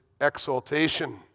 exaltation